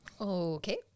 Okay